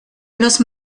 los